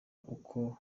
uko